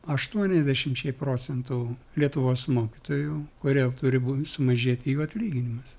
aštuoniasdešimčiai procentų lietuvos mokytojų kurie turi būti sumažėti jų atlyginimas